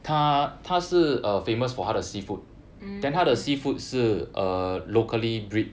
mm